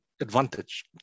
advantage